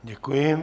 Děkuji.